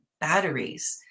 batteries